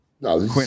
No